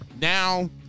Now